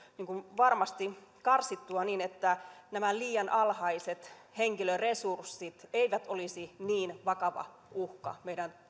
varmasti karsia niin että nämä liian alhaiset henkilöresurssit eivät olisi niin vakava uhka meidän